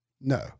No